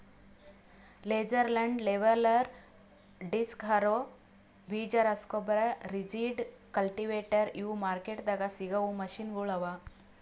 laser land leveller, disc harrow, ಬೀಜ ರಸಗೊಬ್ಬರ, rigid, cultivator ಇವು ಮಾರ್ಕೆಟ್ದಾಗ್ ಸಿಗವು ಮೆಷಿನಗೊಳ್ ಅವಾ